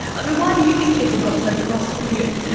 i mean why do you think people got so cross with you?